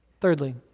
Thirdly